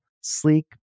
sleek